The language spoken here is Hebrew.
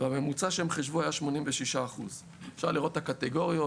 הממוצע שהם חישבו היה 86%. אפשר לראות הקטגוריות: